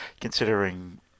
considering